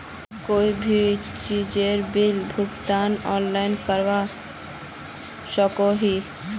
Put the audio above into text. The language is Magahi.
कोई भी चीजेर बिल भुगतान ऑनलाइन करवा सकोहो ही?